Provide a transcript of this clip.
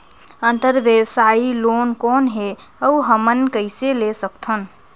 अंतरव्यवसायी लोन कौन हे? अउ हमन कइसे ले सकथन?